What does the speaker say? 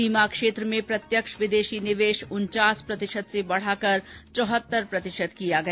बीमा क्षेत्र में प्रत्यक्ष विदेशी निवेश उनचास प्रतिशत से बढ़ा कर चौहत्तर प्रतिशत किया गया